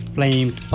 Flames